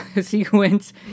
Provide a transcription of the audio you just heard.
sequence